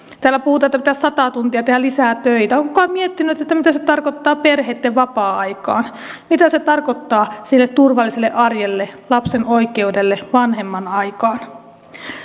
täällä puhutaan että pitäisi sata tuntia tehdä lisää töitä onko kukaan miettinyt mitä se tarkoittaa perheitten vapaa ajalle mitä se tarkoittaa sille turvalliselle arjelle lapsen oikeudelle vanhemman aikaan